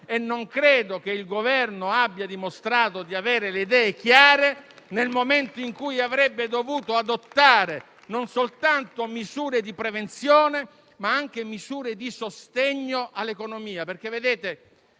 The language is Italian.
non credo che il Governo abbia dimostrato di avere le idee chiare nel momento in cui avrebbe dovuto adottare non soltanto misure di prevenzione, ma anche misure di sostegno all'economia.